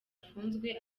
afunzwe